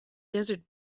desert